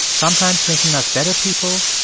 sometimes making us better people,